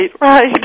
right